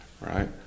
Right